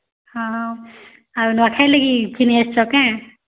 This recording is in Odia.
ହଁ ହଁ ଆଉ ନୂଆଖାଇ ଲାଗି ଘିନିଆସିଛ କେଁ